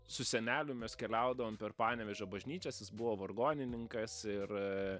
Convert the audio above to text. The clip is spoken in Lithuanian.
su seneliu mes keliaudavom per panevėžio bažnyčias jis buvo vargonininkas ir